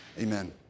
amen